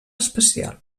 especial